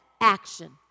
action